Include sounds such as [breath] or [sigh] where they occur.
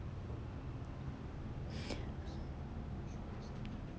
[breath]